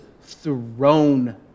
thrown